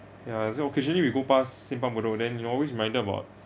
ya so occasionally we go pass simpang bedok then you always remind us about